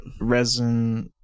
resin